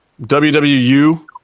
wwu